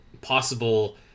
possible